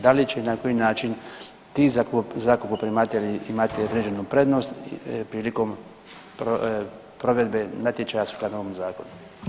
Da li će i na koji način ti zakupoprimatelji imati određenu prednost prilikom provedbe natječaja sukladno ovom zakonu?